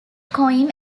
coin